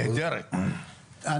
אני